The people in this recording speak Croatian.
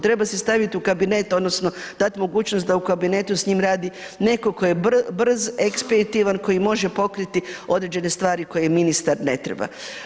Treba si staviti u kabinet, odnosno, dati mogućnost da u kabinetu s njim radi, netko tko je brz ekspeditivan, koji može poriti određen stvari koje ministar ne treba.